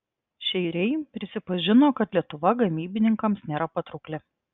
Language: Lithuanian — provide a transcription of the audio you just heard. šeiriai prisipažino kad lietuva gamybininkams nėra patraukli